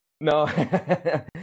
No